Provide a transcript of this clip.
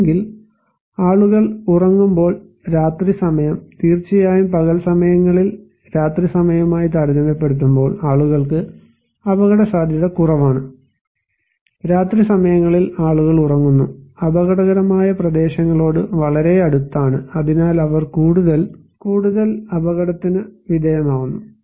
അല്ലെങ്കിൽ ആളുകൾ ഉറങ്ങുമ്പോൾ രാത്രി സമയം തീർച്ചയായും പകൽ സമയങ്ങളിൽ രാത്രി സമയവുമായി താരതമ്യപ്പെടുത്തുമ്പോൾ ആളുകൾക്ക് അപകടസാധ്യത കുറവാണ് രാത്രി സമയങ്ങളിൽ ആളുകൾ ഉറങ്ങുന്നു അപകടകരമായ പ്രദേശങ്ങളോട് വളരെ അടുത്താണ് അതിനാൽ അവർ കൂടുതൽ അപകടത്തിന് വിധേയമാകുന്നു